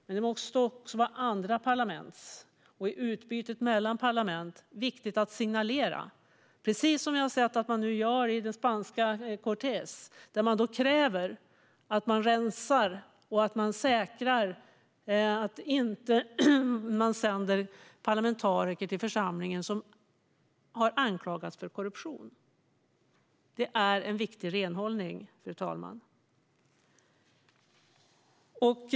Men även i utbytet mellan parlament är det viktigt att signalera, precis som vi har sett att man nu gör i det spanska Cortes, där man kräver att man rensar och säkrar så att man inte sänder parlamentariker som har anklagats för korruption till församlingen. Det är en viktig renhållning, fru talman.